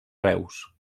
reus